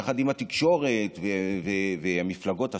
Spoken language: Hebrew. יחד עם התקשורת ומפלגות השמאל,